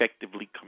effectively